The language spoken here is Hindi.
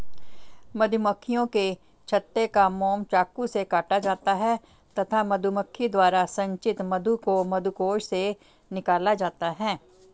मधुमक्खियों के छत्ते का मोम चाकू से काटा जाता है तथा मधुमक्खी द्वारा संचित मधु को मधुकोश से निकाला जाता है